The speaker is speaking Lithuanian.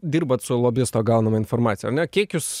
dirbat su lobisto gaunama informacija ar ne kiek jūs